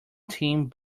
teens